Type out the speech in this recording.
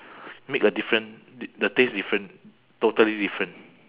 make a different t~ the taste different totally different